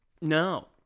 No